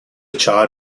چهار